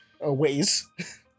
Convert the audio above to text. Ways